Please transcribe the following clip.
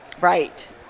Right